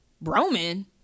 Roman